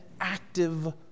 active